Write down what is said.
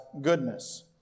goodness